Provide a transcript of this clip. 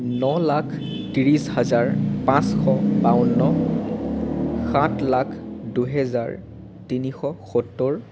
ন লাখ ত্ৰিছ হাজাৰ পাঁচশ বাৱন্ন সাত লাখ দুহেজাৰ তিনিশ সত্তৰ